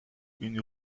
une